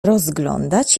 rozglądać